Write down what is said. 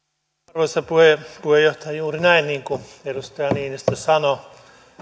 arvoisa puheenjohtaja juuri näin niin kuin edustaja niinistö sanoi